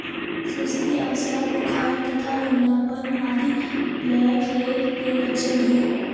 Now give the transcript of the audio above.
सुस्ती, अवसाद, बुखार तथा लंगड़ापन आदि ब्लैकलेग के लक्षण हैं